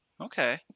Okay